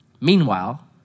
Meanwhile